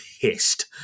pissed